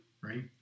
Right